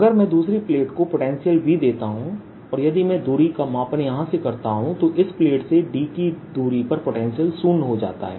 अगर मैं दूसरी प्लेट को पोटेंशियल V देता हूं और यदि मैं दूरी का मापन यहां से करता हूं तो इस प्लेट से d दूरी पर पोटेंशियल शून्य हो जाता है